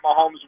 Mahomes